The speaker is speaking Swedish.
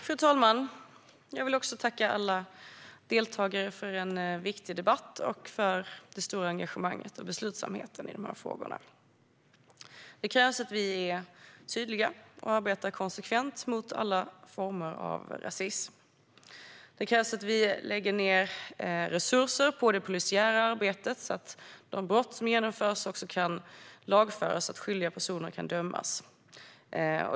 Fru talman! Jag vill också tacka alla deltagare för en viktig debatt och för det stora engagemanget och beslutsamheten i dessa frågor. Det krävs att vi är tydliga och arbetar konsekvent mot alla former av rasism. Det krävs att vi lägger ned resurser på det polisiära arbetet så att det brott som begås också kan lagföras så att skyldiga personer kan dömas.